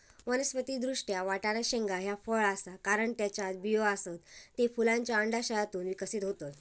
वनस्पति दृष्ट्या, वाटाणा शेंगा ह्या फळ आसा, कारण त्येच्यात बियो आसत, ते फुलांच्या अंडाशयातून विकसित होतत